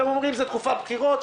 אתם אומרים: זאת תקופת בחירות,